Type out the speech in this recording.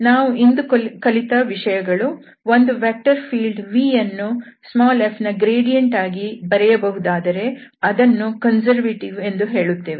ನಾವು ಇಂದು ಕಲಿತ ವಿಷಯಗಳು ಒಂದು ವೆಕ್ಟರ್ ಫೀಲ್ಡ್ V ಅನ್ನು f ನ ಗ್ರೇಡಿಯಂಟ್ ಆಗಿ ಬರೆಯಬಹುದಾದರೆ ಅದನ್ನು ಕನ್ಸರ್ವೇಟಿವ್ ಎಂದು ಹೇಳುತ್ತೇವೆ